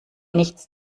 nichts